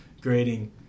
grading